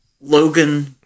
logan